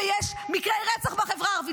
ויש מקרי רצח בחברה הערבית.